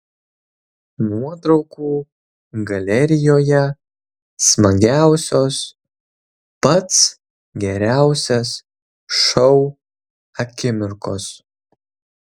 nuotraukų galerijoje smagiausios pats geriausias šou akimirkos